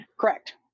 correct